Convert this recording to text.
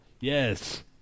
Yes